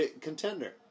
Contender